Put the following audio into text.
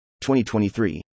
2023